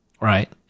Right